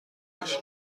باشه